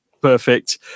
perfect